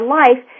life